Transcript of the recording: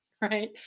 right